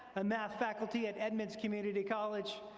a math faculty at edmonds community college.